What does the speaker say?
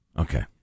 okay